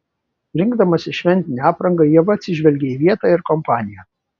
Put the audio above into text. rinkdamasi šventinę aprangą ieva atsižvelgia į vietą ir kompaniją